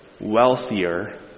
wealthier